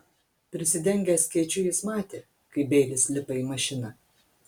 prisidengęs skėčiu jis matė kaip beilis lipa į mašiną